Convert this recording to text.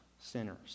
sinners